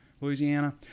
Louisiana